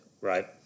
Right